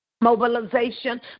Mobilization